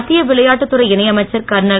மத்திய விளையாட்டுத்துறை இணை அமைச்சர் கர்னல்